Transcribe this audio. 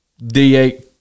D8